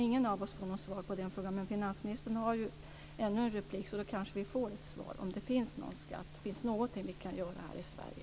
Ingen av oss får något svar på den frågan, men finansministern har rätt till ännu ett inlägg, och då kanske vi får något svar om det finns någonting vi kan göra i Sverige.